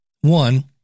one